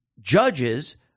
judges